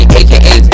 aka